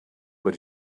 but